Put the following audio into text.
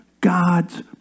God's